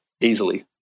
easily